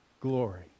glory